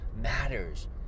matters